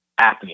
apnea